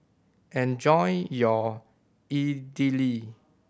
enjoy your Idili